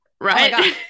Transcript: Right